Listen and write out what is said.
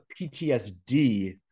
PTSD